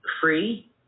free